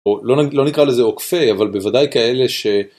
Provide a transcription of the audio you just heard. לא נקרא לזה עוקפי, אבל בוודאי כאלה ש...